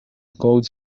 codes